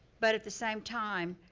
but at the same time,